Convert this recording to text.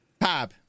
Pab